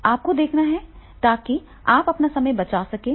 आपको देखना है ताकि आप अपना समय बचा सकें